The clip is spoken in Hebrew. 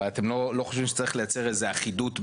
אבל אתם לא חושבים שצריך לייצר איזו אחידות בפנייה?